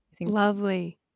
Lovely